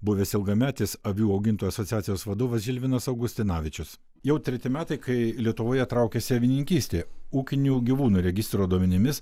buvęs ilgametis avių augintojų asociacijos vadovas žilvinas augustinavičius jau treti metai kai lietuvoje traukiasi avininkystė ūkinių gyvūnų registro duomenimis